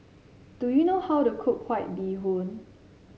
do you know how to cook White Bee Hoon